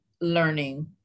learning